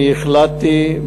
אני החלטתי,